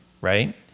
right